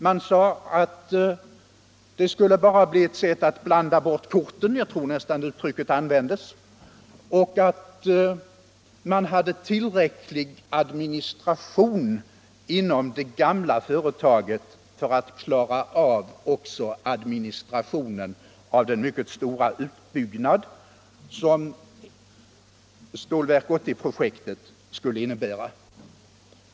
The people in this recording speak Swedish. Man sade att det bara skulle bli ett sätt att blanda bort korten — jag tror nästan uttrycket användes — och att man hade tillräcklig administration inom det gamla företaget för att klara av också administrationen av den mycket stora utbyggnad som Stålverk 80-projektet skulle innebära.